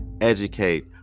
educate